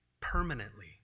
permanently